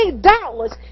doubtless